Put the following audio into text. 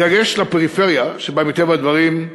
בדגש בפריפריה, שבה, מטבע הדברים,